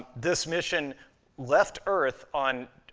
this mission left earth on.